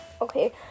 okay